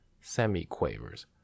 semi-quavers